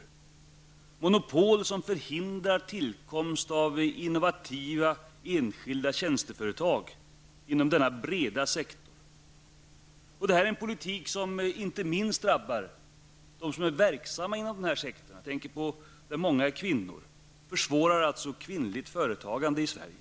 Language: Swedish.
Det är monopol som förhindrar tillkomst av innovativa enskilda tjänsteföretag inom denna breda sektor. Det här är en politik som inte minst drabbar dem som är verksamma inom den här sektorn. Jag tänker på de många kvinnorna. Den här politiken försvårar alltså kvinnligt företagande i Sverige.